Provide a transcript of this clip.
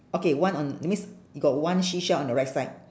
okay one on that means you got one seashell on the right side